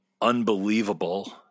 unbelievable